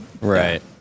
Right